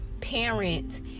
parent